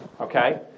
Okay